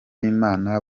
b’imana